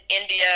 India